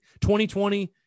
2020